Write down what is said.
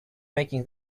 making